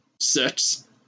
six